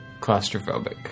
claustrophobic